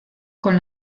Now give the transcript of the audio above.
con